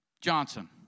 Johnson